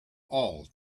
all